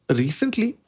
recently